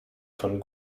von